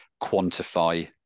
quantify